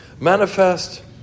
Manifest